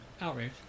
outrage